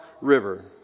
River